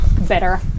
Better